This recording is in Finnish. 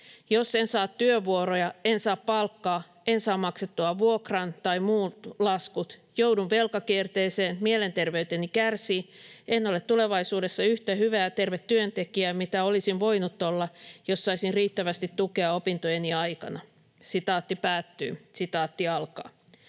Jos en saa työvuoroja, en saa palkkaa, en saa maksettua vuokraa tai muita laskuja, joudun velkakierteeseen, mielenterveyteni kärsii, en ole tulevaisuudessa yhtä hyvä ja terve työntekijä, mitä olisin voinut olla, jos saisin riittävästi tukea opintojeni aikana." "Asumistuen leikkaus